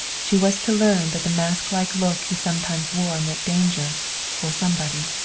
she was to learn that the masklike look he sometimes wore meant danger for somebody.